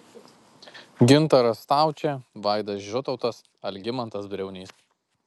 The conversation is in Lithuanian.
gintaras staučė vaidas žutautas algimantas briaunys